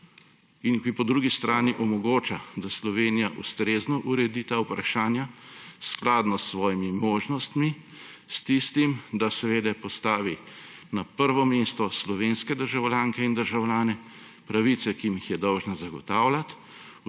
in ki po drugi strani omogoča, da Slovenija ustrezno uredi ta vprašanja, skladno s svojimi zmožnostmi; s tistim, da seveda postavi na prvo mesto slovenske državljanke in državljane, pravice, ki jim jih je dolžna zagotavljati,